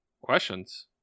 Questions